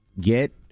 Get